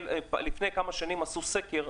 לפני כמה שנים עשו סקר,